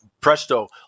presto